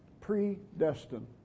Predestined